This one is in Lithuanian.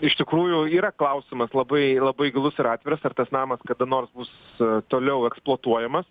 iš tikrųjų yra klausimas labai labai gilus ir atviras ar tas namas kada nors bus toliau eksploatuojamas